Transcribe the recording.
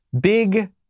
big